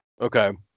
Okay